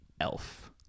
elf